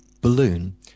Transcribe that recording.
balloon